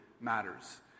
matters